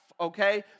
okay